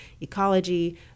ecology